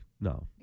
No